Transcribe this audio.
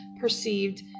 perceived